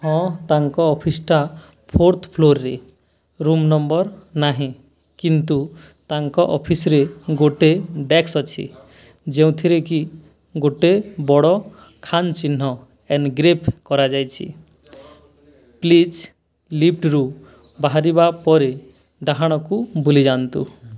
ହଁ ତାଙ୍କ ଅଫିସ୍ଟା ଫୋର୍ଥ୍ ଫ୍ଲୋର୍ରେ ରୁମ୍ ନମ୍ବର୍ ନାହିଁ କିନ୍ତୁ ତାଙ୍କ ଅଫିସ୍ରେ ଗୋଟେ ଡେକ୍ସ ଅଛି ଯେଉଁଥିରେ କି ଗୋଟେ ବଡ଼ ଖାନ୍ ଚିହ୍ନ ଏନ୍ଗ୍ରେଭ୍ କରାଯାଇଛି ପ୍ଲିଜ୍ ଲିଫ୍ଟରୁ ବାହାରିବା ପରେ ଡାହାଣକୁ ବୁଲି ଯାଆନ୍ତୁ